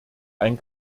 ein